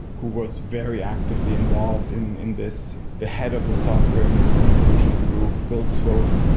who was very actively involved in in this. the head of the software and and solutions group, bill swope,